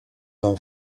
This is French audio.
d’un